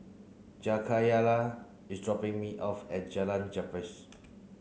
Jakayla is dropping me off at Jalan Gapis